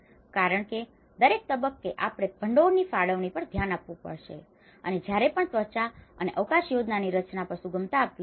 કારણ કે દરેક તબક્કે આપણે ભંડોળની ફાળવણી પર ધ્યાન આપવું પડશે અને જ્યારે પણ ત્વચા અને અવકાશ યોજનાની રચના પર સુગમતા આપવી જોઈએ